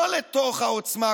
לא לתוך העוצמה,